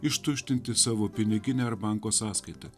ištuštinti savo piniginę ar banko sąskaitą